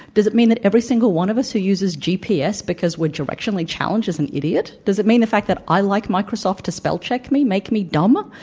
does it mean that every single one of us who uses gps because we're directionally challenged is an idiot? does it mean the fact that i like microsoft to spellcheck me make me dumb?